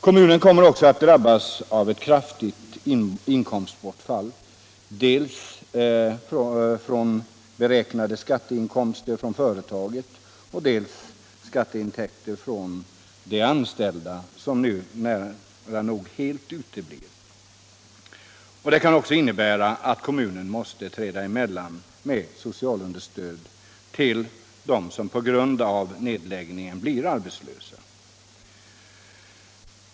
Kommunen kommer att drabbas av ett kraftigt inkomstbortfall, dels på grund av bortfallet av beräknade skatteinkomster från företaget, dels på grund av bortfallet av skatteintäkter från de anställda; sådana skatteintäkter uteblir nu nära nog helt. Det kan också hända att kommunen måste träda emellan med socialunderstöd till dem som på grund av nedläggningen blir arbetslösa.